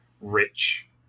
rich